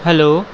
hello